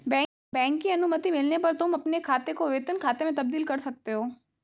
bank की अनुमति मिलने पर तुम अपने खाते को वेतन खाते में तब्दील कर सकते हो